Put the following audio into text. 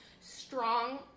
strong